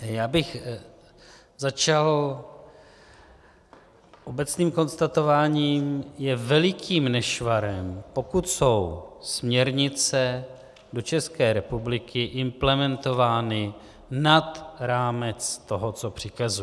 Já bych začal obecným konstatováním, že je velikým nešvarem, pokud jsou směrnice do České republiky implementovány nad rámec toho, co přikazují.